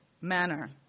manner